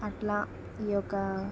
అట్లా ఈయొక్క